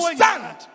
stand